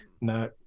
No